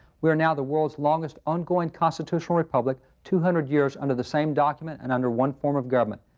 we are now the world's longest ongoing constitutional republic, two hundred years under the same document and under one form of government.